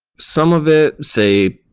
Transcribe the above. some of it, say,